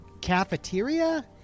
cafeteria